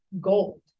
gold